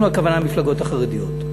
אנחנו, הכוונה למפלגות החרדיות.